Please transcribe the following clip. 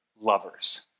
lovers